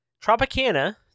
Tropicana